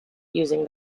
using